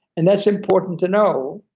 and that's important to know,